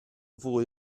fwy